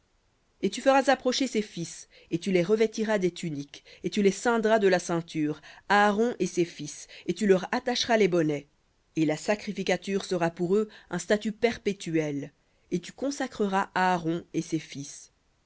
et tu feras approcher ses fils et tu les revêtiras des tuniques et tu les ceindras de la ceinture aaron et ses fils et tu leur attacheras les bonnets et la sacrificature sera pour eux un statut perpétuel et tu consacreras aaron et ses fils